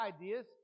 ideas